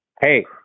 hey